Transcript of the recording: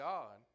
God